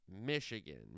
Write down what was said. Michigan